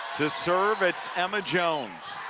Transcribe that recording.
to serve, it's emma jones.